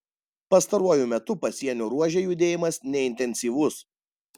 pastaruoju metu pasienio ruože judėjimas neintensyvus